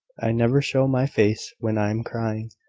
i never show my face when i am crying.